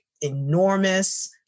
enormous